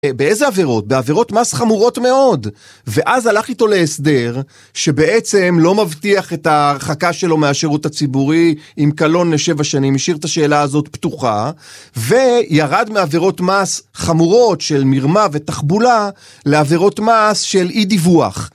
באיזה עבירות? בעבירות מס חמורות מאוד, ואז הלך איתו להסדר שבעצם לא מבטיח את ההרחקה שלו מהשירות הציבורי עם קלון לשבע שנים. השאיר את השאלה הזאת פתוחה וירד מעבירות מס חמורות של מרמה ותחבולה לעבירות מס של אי דיווח.